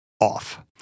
off